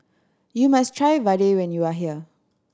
you must try vadai when you are here